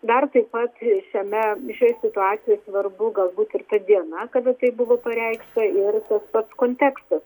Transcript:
dar taip pat šiame šioj situacijoj svarbu galbūt ir ta diena kada tai buvo pareikšta ir tas pats kontekstas